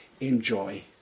enjoy